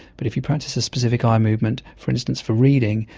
but if you practice a specific eye movement, for instance for reading,